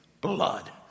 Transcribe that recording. blood